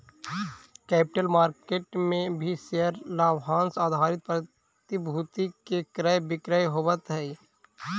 capital market में भी share लाभांश आधारित प्रतिभूति के क्रय विक्रय होवऽ हई